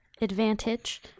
advantage